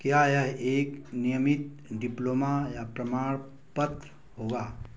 क्या यह एक नियमित डिप्लोमा या प्रमाणपत्र होगा